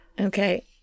Okay